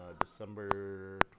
December